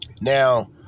now